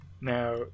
Now